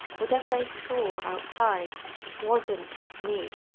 whatever they saw outside wasn't me.